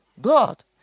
God